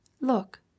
look